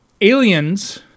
Aliens